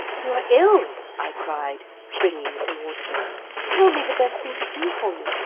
you are ill, i cried, springing towards him tell me the best thing to do for you.